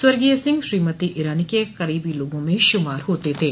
स्वर्गीय सिंह श्रीमती ईरानी के करीबी लोगों में शुमार होते थे